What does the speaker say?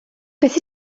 beth